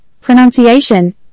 pronunciation